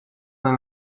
nel